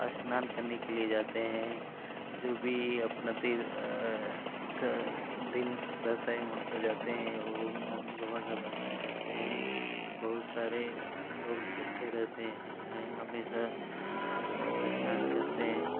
स्नान करने के लिये जाते हैं जो भी अपना तीर थ दिन रहता है वहाँ पर जाते हैं और मौनी बाबा का दर्शन करते हैं बहुत सारे लोग इकट्ठे रहते हैं हमेशा और स्नान करते हैं